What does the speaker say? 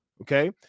okay